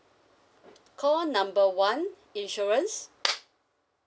call number one insurance